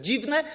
Dziwne?